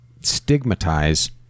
stigmatize